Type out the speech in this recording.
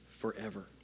forever